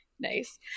Nice